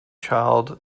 child